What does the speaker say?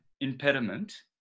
impediment